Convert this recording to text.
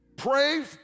Pray